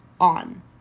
on